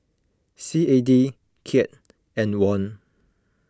C A D Kyat and Won